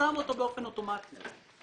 באופן אוטומטי.